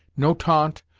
no taunt,